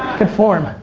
good form.